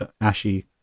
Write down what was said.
ashy